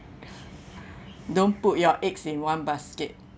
don't put your eggs in one basket